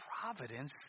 providence